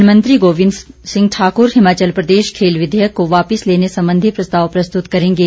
one मंत्री गोविन्द सिंह ठाकुर हिमाचल प्रदेश खेल विघेयक को वापिस लेने सम्बंधी प्रस्ताव प्रस्तुत करेंगे